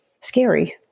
scary